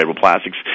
plastics